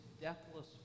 deathless